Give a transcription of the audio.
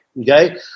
okay